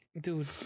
Dude